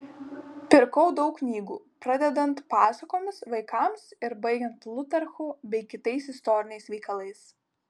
pirkau daug knygų pradedant pasakomis vaikams ir baigiant plutarchu bei kitais istoriniais veikalais